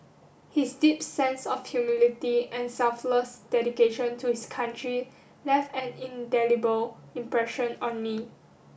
his deep sense of humility and selfless dedication to his country left an indelible impression on me